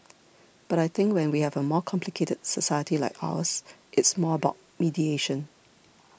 but I think when we have a more complicated society like ours it's more about mediation